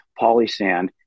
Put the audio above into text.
polysand